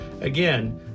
Again